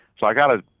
so i got to,